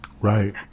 Right